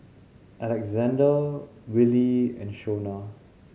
Alexande Wylie and Shona